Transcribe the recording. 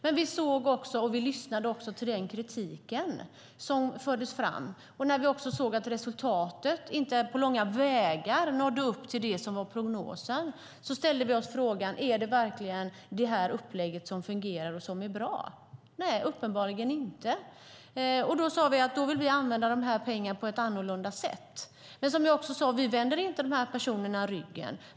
Men vi såg och lyssnade till den kritik som fördes fram. Och när vi också såg att resultatet inte på långa vägar nådde upp till det som var prognosen ställde vi oss frågan: Är det verkligen det här upplägget som fungerar och som är bra? Nej, uppenbarligen inte. Då sade vi att vi vill använda de här pengarna på ett annorlunda sätt. Men som jag sade vänder vi inte de här personerna ryggen.